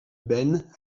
ben